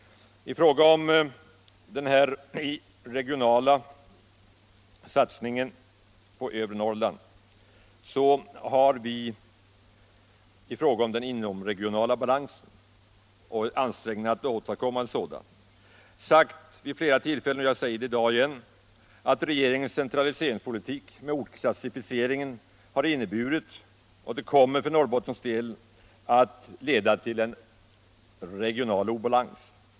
I fråga om den inomregionala balansen i övre Norrland och ansträngningarna för att åstadkomma en sådan har vi vid flera tillfällen sagt — och jag säger det i dag igen — att regeringens centraliseringspolitik med ortsklassificeringen för Norrbottens del kommit att leda till en regional obalans.